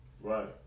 Right